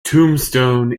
tombstone